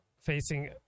facing